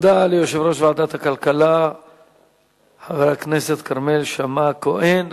תודה ליושב-ראש ועדת הכלכלה חבר הכנסת כרמל שאמה-הכהן.